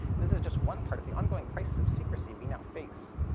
and this is just one part of the ongoing crisis of secrecy we now face.